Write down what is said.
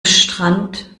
strand